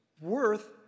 worth